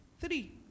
three